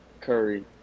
Curry